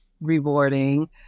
rewarding